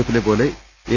എഫിലെ പോലെ എൽ